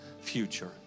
future